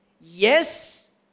Yes